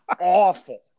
awful